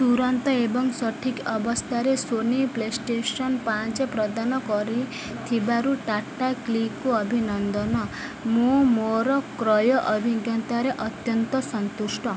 ତୁରନ୍ତ ଏବଂ ସଠିକ୍ ଅବସ୍ଥାରେ ସୋନି ପ୍ଲେ ଷ୍ଟେସନ୍ ପାଞ୍ଚ ପ୍ରଦାନ କରିଥିବାରୁ ଟାଟା କ୍ଲିକ୍କୁ ଅଭିନନ୍ଦନ ମୁଁ ମୋର କ୍ରୟ ଅଭିଜ୍ଞତାରେ ଅତ୍ୟନ୍ତ ସନ୍ତୁଷ୍ଟ